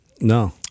No